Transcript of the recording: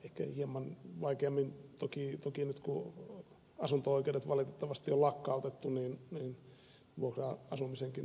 ehkä hieman vaikeammin toki nyt kun asunto oikeudet valitettavasti on lakkautettu niin vuokra asumisenkin turva on heikentynyt